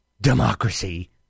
democracy